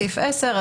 סעיף 10,